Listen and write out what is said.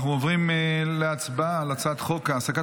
אנחנו עוברים להצבעה על הצעת חוק העסקת